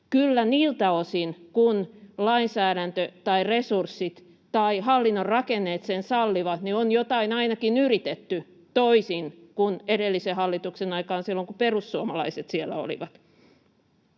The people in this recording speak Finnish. niiltä osin kuin lainsäädäntö tai resurssit tai hallinnon rakenteet sen sallivat, on jotain ainakin yritetty, toisin kuin edellisen hallituksen aikaan, silloin, kun perussuomalaiset siellä olivat.